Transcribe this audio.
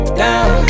down